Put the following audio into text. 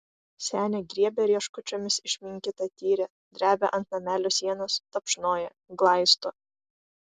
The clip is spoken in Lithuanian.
senė griebia rieškučiomis išminkytą tyrę drebia ant namelio sienos tapšnoja glaisto